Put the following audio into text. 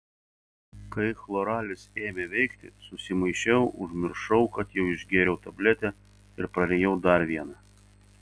kai chloralis ėmė veikti susimaišiau užmiršau kad jau išgėriau tabletę ir prarijau dar vieną